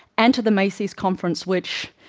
and to the macy conferences which,